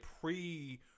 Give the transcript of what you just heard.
pre